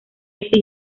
ese